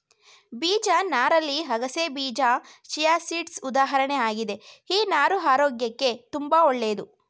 ಬೀಜ ನಾರಲ್ಲಿ ಅಗಸೆಬೀಜ ಚಿಯಾಸೀಡ್ಸ್ ಉದಾಹರಣೆ ಆಗಿದೆ ಈ ನಾರು ಆರೋಗ್ಯಕ್ಕೆ ತುಂಬಾ ಒಳ್ಳೇದು